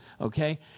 Okay